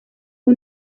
ubu